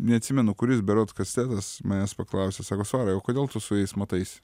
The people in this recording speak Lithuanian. neatsimenu kuris berods kastetas manęs paklausė sako svarai o kodėl tu su jais mataisi